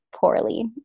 poorly